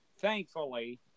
thankfully